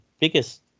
biggest